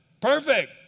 Perfect